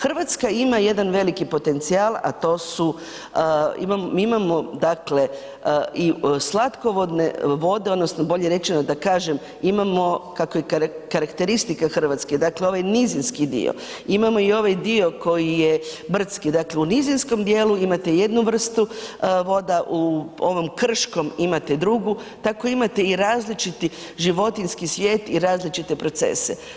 Hrvatska ima jedan veliki potencijal a to su, mi imamo dakle i slatkovodne vode odnosno bolje rečeno da kažem, imamo kak je i karakteristika Hrvatske, dakle ovaj nizinski dio, imamo i ovaj dio koji je brdski, dakle u nizinskom dijelu imate jednu vrstu voda, u ovom krškom imate drugu, tako imate i različiti životinjski svijet i različite procese.